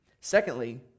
Secondly